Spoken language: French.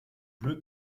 bleu